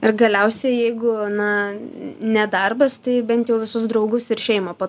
ir galiausiai jeigu na ne darbas tai bent jau visus draugus ir šeimą po